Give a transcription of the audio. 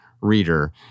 reader